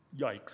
Yikes